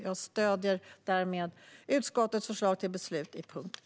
Jag stöder därmed utskottets förslag till beslut under punkt 1.